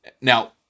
Now